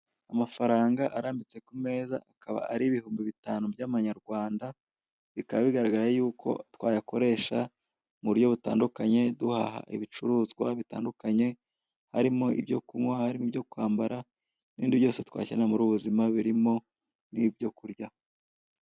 Amafaranga arambitse ku meza akaba ari ibihumbi bitanu by'amanyarwanda bikaba bigaragara yuko twayakoresha mu buryo butandukanye duhaha ibicuruzwa bitandukanye harimo ibyo kunkwa harimo ibyo kwambara nibindi byose twakenera muri ubu buzima birimo nibyo kurya.